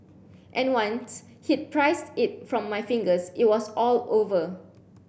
and once he'd prised it from my fingers it was all over